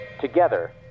together